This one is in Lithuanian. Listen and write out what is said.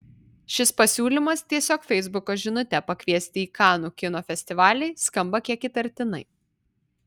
šis pasiūlymas tiesiog feisbuko žinute pakviesti į kanų kino festivalį skamba kiek įtartinai